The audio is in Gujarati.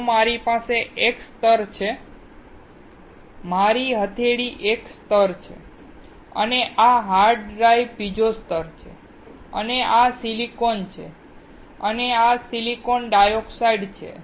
જો મારી પાસે એક સ્તર છે મારી હથેળી એક સ્તર છે અને આ હાર્ડ ડ્રાઈવ બીજો સ્તર છે અને આ સિલિકોન છે અને આ સિલિકોન ડાયોક્સાઈડ છે